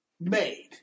made